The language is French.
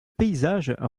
paysage